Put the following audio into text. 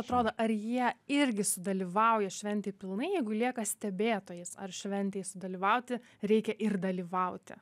atrodo ar jie irgi sudalyvauja šventėj pilnai jeigu lieka stebėtojais ar šventėj sudalyvauti reikia ir dalyvauti